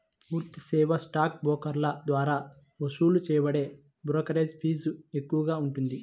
పూర్తి సేవా స్టాక్ బ్రోకర్ల ద్వారా వసూలు చేయబడే బ్రోకరేజీ ఫీజు ఎక్కువగా ఉంటుంది